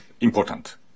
important